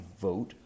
vote